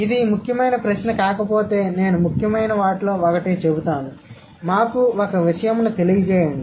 ఇది ముఖ్యమైన ప్రశ్న కాకపోతే నేను ముఖ్యమైన వాటిలో ఒకటి చెబుతాను మాకు ఒక విషయంను తెలియజేయండి